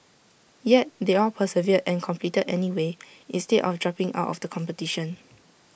yet they all persevered and competed anyway instead of dropping out of the competition